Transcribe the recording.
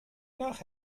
nach